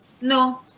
No